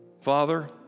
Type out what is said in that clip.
Father